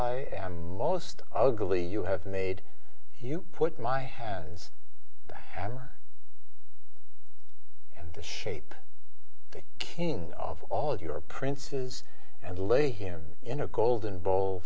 i am most ugly you have made you put my hands the hammer and shape the king of all your princes and lay him in a golden bowl